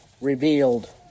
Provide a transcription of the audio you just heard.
revealed